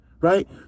right